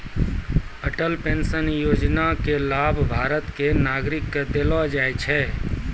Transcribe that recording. Atal pension योजना के लाभ भारत के नागरिक क देलो जाय छै